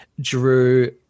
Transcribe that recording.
Drew